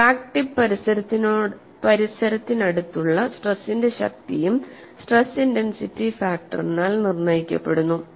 crack tip പരിസരത്തിനടുത്തുള്ള സ്ട്രെസിന്റെ ശക്തിയും സ്ട്രെസ് ഇന്റൻസിറ്റി ഫാക്ടറിനാൽ നിർണ്ണയിക്കപ്പെടുന്നു